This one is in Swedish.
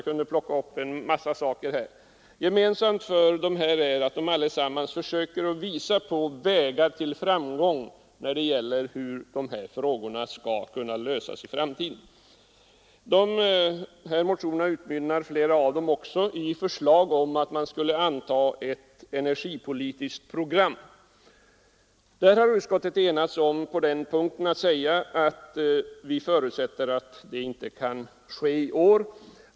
Gemensamt för alla dessa uppslag är att de försöker anvisa vägar till lösning av dessa frågor i framtiden. Flera av motionerna utmynnar också i förslag om antagande av ett energipolitiskt program. Utskottet har enats om att uttala att detta inte kan ske i år.